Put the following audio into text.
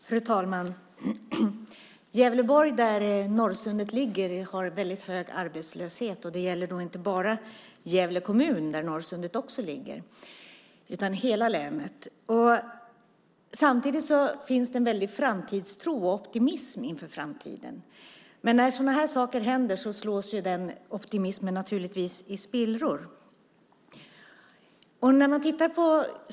Fru talman! Gävleborg, där Norrsundet ligger, har en väldigt hög arbetslöshet. Det gäller inte bara Gävle kommun, där Norrsundet ligger, utan hela länet. Samtidigt finns det en väldig framtidstro och optimism. Men när sådana här saker händer slås den optimismen naturligtvis i spillror.